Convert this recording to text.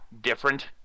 different